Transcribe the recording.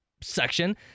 section